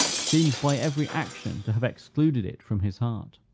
seems by every action to have excluded it from his heart.